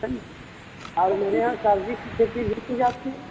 समझे और मेरे यहाँ सब्जी की खेती भी की जाती है